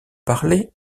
parler